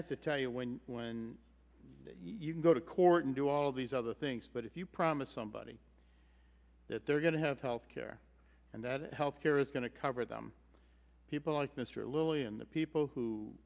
have to tell you when when you can go to court and do all these other things but if you promise somebody that they're going to have health care and that health care is going to cover them people like mr literally and the people who